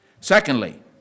Secondly